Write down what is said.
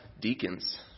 deacons